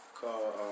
called